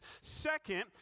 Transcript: Second